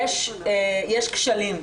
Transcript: יש כשלים.